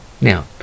Now